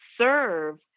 serve